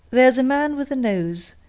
there's a man with a nose,